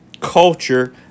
culture